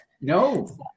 No